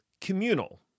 communal